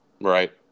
Right